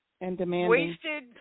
wasted